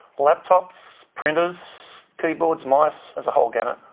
laptops, printers, keyboards, mice, there's a whole gamut.